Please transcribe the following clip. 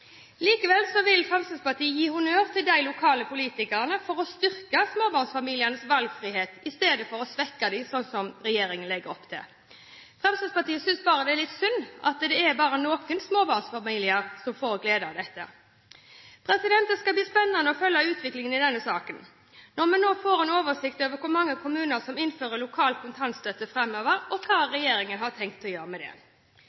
Likevel vil Fremskrittspartiet gi honnør til lokalpolitikerne for å styrke småbarnsfamilienes valgfrihet i stedet for å svekke den, sånn som regjeringen legger opp til. Fremskrittspartiet synes bare det er litt synd at det bare er noen småbarnsfamilier som får glede av dette. Det skal bli spennende å følge utviklingen i denne saken når vi nå får en oversikt over hvor mange kommuner som innfører lokal kontantstøtte framover, og hva regjeringen har tenkt å gjøre med det.